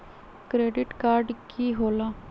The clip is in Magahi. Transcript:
क्रेडिट कार्ड की होला?